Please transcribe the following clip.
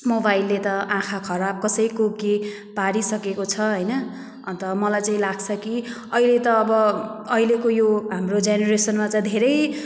मोबाइलले त आँखा खराब कसैको के पारिसकेको छ होइन अन्त मलाई चाहिँ लाग्छ कि अहिले त अब अहिलेको यो हाम्रो जेनेरेसनमा चाहिँ धेरै